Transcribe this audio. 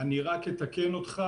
אני רק אתקן אותך.